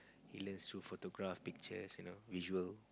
he learns through photograph pictures you know visual